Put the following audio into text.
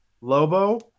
Lobo